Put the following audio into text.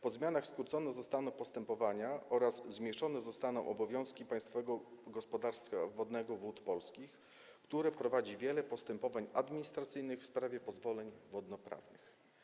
Po zmianach skrócone zostaną postępowania oraz zmniejszone zostaną obowiązki Państwowego Gospodarstwa Wodnego Wody Polskie, które prowadzi wiele postępowań administracyjnych w sprawie pozwoleń wodnoprawnych.